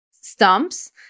stumps